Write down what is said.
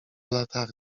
latarni